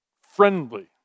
friendly